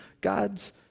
God's